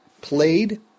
played